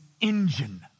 engine